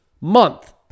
month